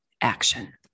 action